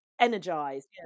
energized